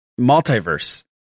Multiverse